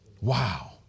wow